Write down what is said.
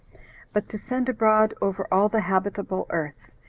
but to send abroad over all the habitable earth,